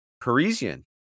parisian